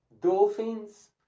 dolphins